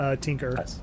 Tinker